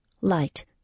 Light